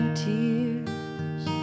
tears